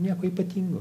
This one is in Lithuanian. nieko ypatingo